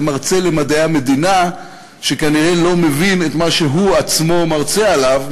זה מרצה למדעי המדינה שכנראה לא מבין את מה שהוא עצמו מרצה עליו,